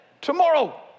tomorrow